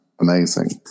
amazing